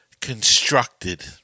constructed